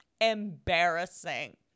embarrassing